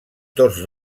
tots